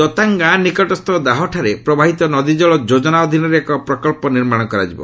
ଦତାଙ୍ଗ ଗାଁ ନିକଟସ୍ଥ ଦାହ୍ଠାରେ ପ୍ରବାହିତ ନଦୀଜଳ ଯୋଜନା ଅଧୀନରେ ଏହି ପ୍ରକଳ୍ପ ନିର୍ମାଣ କରାଯିବ